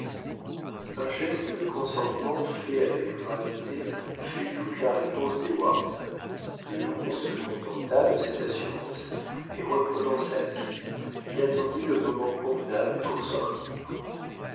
un geste de consentement fait avec gravité fut toute la réponse d'heyward le huron se contenta de cette assurance et reprenant sa pipe il attendit le moment convenable pour sortir